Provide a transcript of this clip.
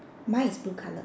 mine is blue color